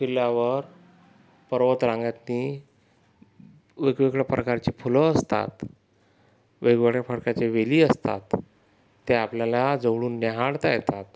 फिरल्यावर पर्वतरांगातनी वेगवेगळ्या प्रकारची फुलं असतात वेगवेगळ्या प्रकारच्या वेली असतात त्या आपल्याला जवळून न्याहाळता येतात